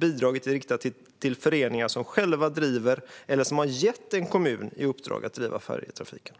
Bidraget är riktat till föreningar som själva driver eller som har gett en kommun i uppdrag att driva färjetrafiken.